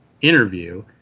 interview